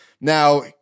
Now